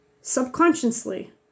subconsciously